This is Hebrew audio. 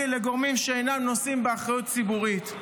לגורמים שאינם נושאים באחריות ציבורית.